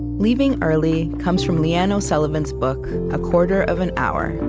leaving early comes from leanne o'sullivan's book a quarter of an hour.